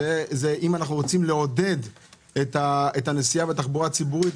זאת הדרך לעודד את כולם לנסיעה בתחבורה ציבורית,